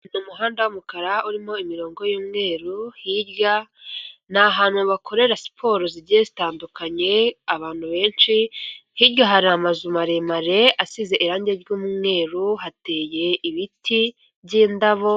Ni umuhanda w'umukara urimo imirongo y'umweru, hirya ni ahantu bakorera siporo zigiye zitandukanye, abantu benshi, hirya hari amazu maremare asize irangi ry'umweru, hateye ibiti by'indabo